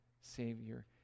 Savior